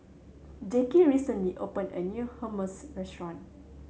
Jackie recently opened a new Hummus Restaurant